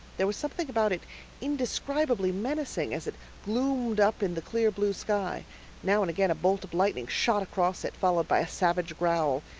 there was something about it indescribably menacing as it gloomed up in the clear blue sky now and again a bolt of lightning shot across it, followed by a savage growl.